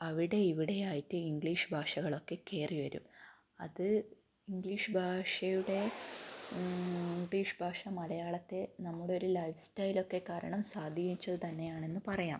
അവിടെ ഇവിടെ ആയിട്ട് ഇംഗ്ലീഷ് ഭാഷകളൊക്കെ കയറി വരും അത് ഇംഗ്ലീഷ് ഭാഷയുടെ ഇംഗ്ലീഷ് ഭാഷ മലയാളത്തെ നമ്മുടെ ഒരു ലൈഫ്സ്റ്റൈൽ ഒക്കെ കാരണം സ്വാധീനിച്ചത് തന്നെയാണെന്ന് പറയാം